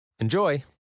Enjoy